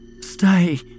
stay